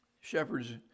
Shepherds